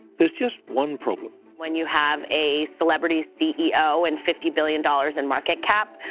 there's just one problem. when you have a celebrity ceo and fifty billion dollars in market cap,